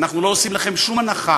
אנחנו לא עושים לכם שום הנחה,